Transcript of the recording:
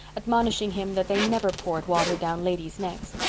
admonishing him that they never poured water down ladies' necks.